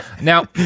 Now